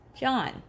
John